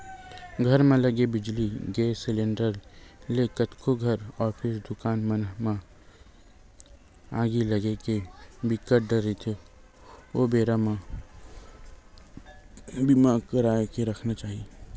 घर म लगे बिजली, गेस सिलेंडर ले कतको घर, ऑफिस, दुकान मन म आगी लगे के बिकट डर रहिथे ओ बेरा बर बीमा करा के रखना चाही